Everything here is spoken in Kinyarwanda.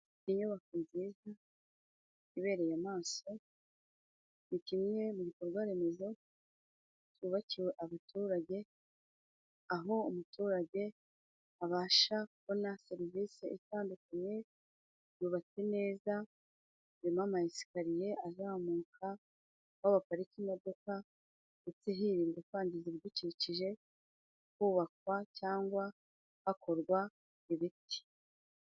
Inyubako nziza ibereye amaso, ni kimwe mu bikorwa remezo byubakiwe abaturage, aho umuturage abasha kubona serivise itandukanye, yubatswe neza, irimo amayesikariye azamuka, aho baparika imodoka, ndetse hirindwa kwangiza ibidukikije, hubakwa cyangwa hakorwa ibiti.